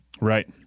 Right